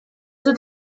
dut